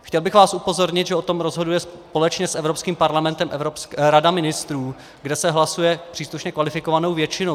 Chtěl bych vás upozornit, že o tom rozhoduje společně s Evropským parlamentem Rada ministrů, kde se hlasuje příslušně kvalifikovanou většinou.